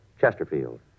Chesterfield